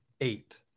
eight